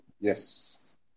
Yes